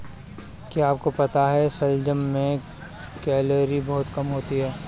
क्या आपको पता है शलजम में कैलोरी बहुत कम होता है?